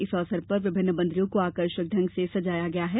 इस अवसर पर विभिन्न मंदिरों को आकर्षक ढंग से सजाया गया है